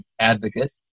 advocate